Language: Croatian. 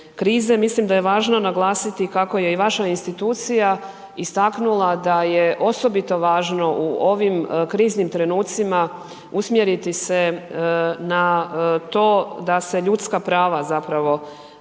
mislim da je važno naglasiti kako je i vaša institucija istaknula da je osobito važno u ovim kriznim trenucima usmjeriti se na to da se ljudska prava zapravo